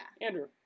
Andrew